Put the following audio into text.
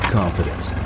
confidence